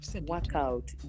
workout